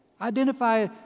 Identify